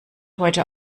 heute